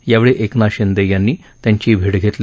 त्यावेळी एकनाथ शिंदे यांनी त्यांची भेट घेतली